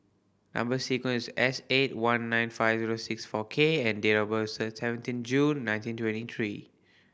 number sequence S eight one nine five zero six four K and date of birth seventeen June nineteen twenty three